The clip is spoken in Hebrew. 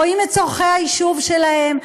רואים את צורכי היישוב שלהם,